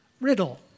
riddle